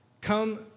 come